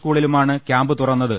സ്കൂളിലുമാണ് camp തുറന്നത്